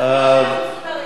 ואתם מסודרים.